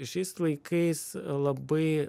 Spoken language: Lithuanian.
šiais laikais labai